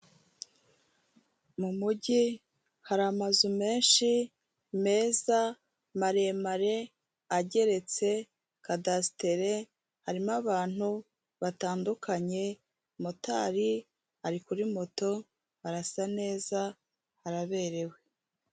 Mu mujyi hari amazu menshi meza maremare ageretse, kadasitere, harimo abantu batandukanye, motari ari kuri moto, arasa neza araberewe.